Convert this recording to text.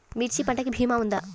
మిర్చి పంటకి భీమా ఉందా?